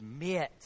admit